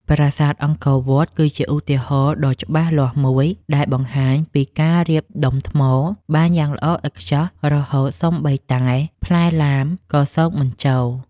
ប្រាសាទអង្គរវត្ត គឺជាឧទាហរណ៍ដ៏ច្បាស់លាស់មួយដែលបង្ហាញពីការរៀបដុំថ្មបានយ៉ាងល្អឥតខ្ចោះរហូតសូម្បីតែផ្លែឡាមក៏ស៊កមិនចូល។